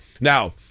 Now